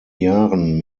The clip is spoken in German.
jahren